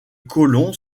colons